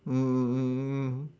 mm